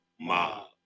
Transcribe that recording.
Mob